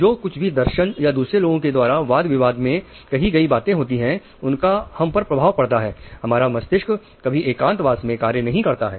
जो कुछ भी दर्शन या दूसरे लोगों के द्वारा वाद विवाद में कही गई बातें होती हैं उनका हम पर प्रभाव पड़ता है और हमारा मस्तिष्क कभी एकांतवास में कार्य नहीं करता है